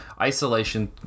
isolation